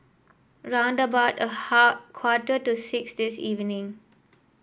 round about a half quarter to six this evening